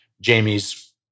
Jamie's